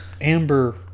amber